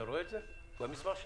אתה רואה את זה במסמך שלך?